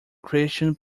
christian